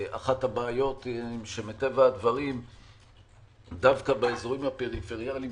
אחת הבעיות שמטבע הדברים דווקא באזורים הפריפריאליים